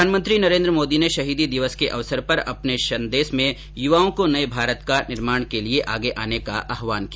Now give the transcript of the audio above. प्रधानमंत्री नरेन्द्र मोदी ने शहीदी दिवस के अवसर पर अपने संदेश में युवाओं को नये भारत के निर्माण के लिये आगे आने का आहवान किया